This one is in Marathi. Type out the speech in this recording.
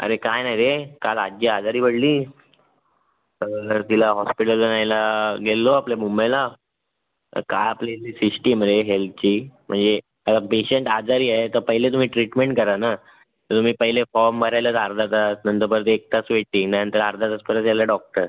अरे काही नाही रे काल आज्जी आजारी पडली तर तिला हॉस्पिटलला न्यायला गेलो आपल्या मुंबईला तर काय आपली ही शिश्टीम रे हेल्तची म्हणजे पेशंट आजारी आहे तर पहिले तुम्ही ट्रीटमेंट करा ना तुम्ही पहिले फॉर्म भरायलाच अर्धा तास नंतर परत एक तास वेटींग नंतर अर्धा तास परत यायला डॉक्टर